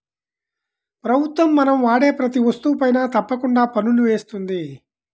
ప్రభుత్వం మనం వాడే ప్రతీ వస్తువుపైనా తప్పకుండా పన్నుని వేస్తుంది